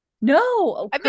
No